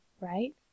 right